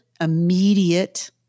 immediate